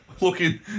looking